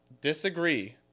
disagree